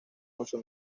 mucho